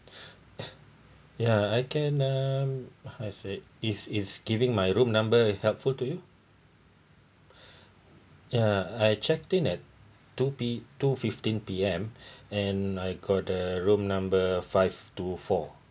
ya I can um I see is is giving my room number helpful to you ya I checked in at two P two fifteen P_M and I got the room number five two four